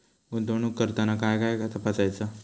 गुंतवणूक करताना काय काय तपासायच?